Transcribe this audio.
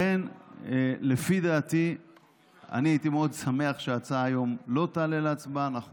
אני הייתי שמח מאוד שההצעה לא תעלה להצבעה היום.